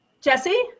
Jesse